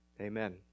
amen